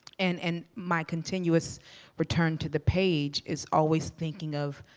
and and my continuous return to the page, is always thinking of,